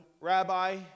Rabbi